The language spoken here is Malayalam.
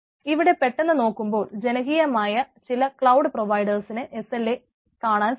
ഇവിടെ പെട്ടെന്ന് നോക്കുമ്പോൾ ജനകീയമായ ചില ക്ലൌഡ് പ്രൊവൈഡേഴ്സിന്റെ SLA കാണാൻ സാധിക്കും